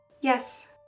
Yes